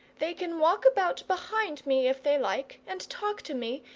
they can walk about behind me if they like, and talk to me,